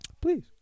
Please